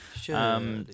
Sure